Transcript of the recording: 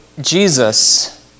Jesus